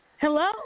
Hello